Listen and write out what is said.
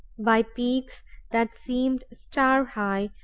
by peaks that seemed star-high,